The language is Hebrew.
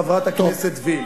חברת הכנסת וילף.